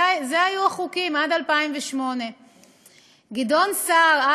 אלה היו החוקים עד 2008. גדעון סער,